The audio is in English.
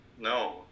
No